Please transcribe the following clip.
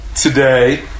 today